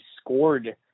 scored